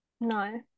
no